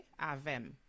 avem